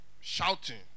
shouting